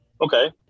Okay